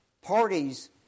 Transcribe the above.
parties